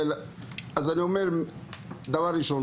דבר ראשון,